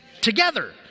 together